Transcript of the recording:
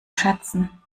schätzen